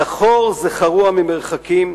זכור זכרוה ממרחקים,